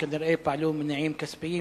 שכנראה פעלו ממניעים כספיים.